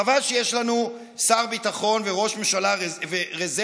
חבל שיש לנו שר ביטחון וראש ממשלה רזרבי